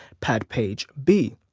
pad page b.